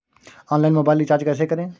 Online mobile recharge कैसे करें?